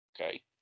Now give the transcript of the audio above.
Okay